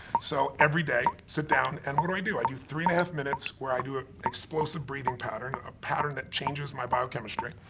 so every day, sit down, and what do i do? i do three and a half minutes where i do an ah explosive breathing pattern, a pattern that changes my biochemistry,